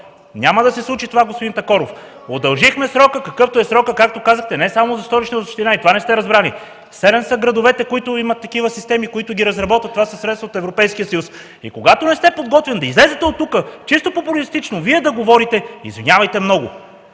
представител Румен Такоров.) Удължихме срока, какъвто е, както казахте – не само за Столична община, и това не сте разбрали. Седем са градовете, които имат такива системи, които ги разработват – това са средства от Европейския съюз! И когато не сте подготвен, да излезете тук и чисто популистки да говорите – извинявайте много!